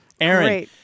Aaron